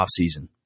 offseason